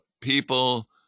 people